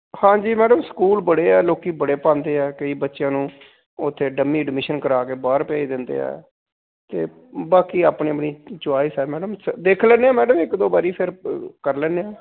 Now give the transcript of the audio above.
ਹਾਂਜੀ madam school ਬੜੇ ਆ ਲੋਕ ਬੜੇ ਪਾਉਂਦੇ ਆ ਕਈ ਬੱਚਿਆਂ ਨੂੰ ਉੱਥੇ ਡੰਮੀ ਐਡਮਿਸ਼ਨ ਕਰਾ ਕੇ ਬਾਹਰ ਭੇਜ ਦਿੰਦੇ ਆ ਅਤੇ ਬਾਕੀ ਆਪਣੀ ਆਪਣੀ ਚੋਇਸ ਹੈ ਮੈਡਮ ਦੇਖ ਲੈਂਦੇ ਹਾਂ ਮੈਡਮ ਇੱਕ ਦੋ ਵਾਰੀ ਫਿਰ ਕਰ ਲੈਂਦੇ ਹਾਂ